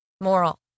Moral